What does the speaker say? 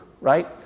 right